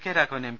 K Raghavan M